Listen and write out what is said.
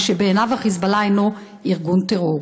ובעיניו ה"חיזבאללה" אינו ארגון טרור.